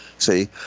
See